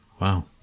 wow